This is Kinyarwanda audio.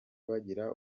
bagira